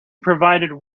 provided